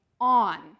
on